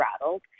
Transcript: rattled